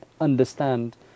understand